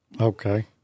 Okay